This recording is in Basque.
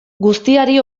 guztiari